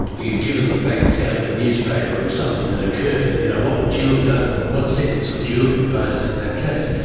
you're given the facts out of a newspaper of something that occurred, and you know what would you have done, what what sentence would you have imposed in that case?